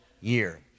year